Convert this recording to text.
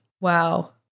wow